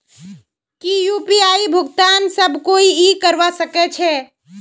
की यु.पी.आई भुगतान सब कोई ई करवा सकछै?